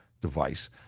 device